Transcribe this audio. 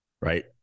Right